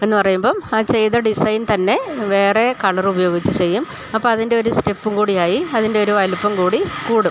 എന്ന് പറയുമ്പം ആ ചെയ്ത ഡിസൈൻ തന്നെ വേറെ കളറുപയോഗിച്ച് ചെയ്യും അപ്പം അതിൻ്റെ ഒരു സ്റ്റെപ്പും കൂടിയായി അതിൻ്റെ ഒരു വലുപ്പം കൂടി കൂടും